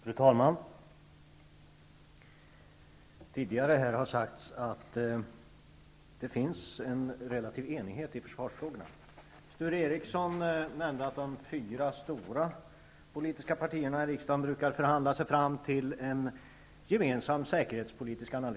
Fru talman! Tidigare har här sagts att det i försvarsfrågorna finns en relativ enighet. Sture Ericson nämnde att de fyra stora politiska partierna i riksdagen brukar förhandla sig fram till en gemensam säkerhetspolitisk linje.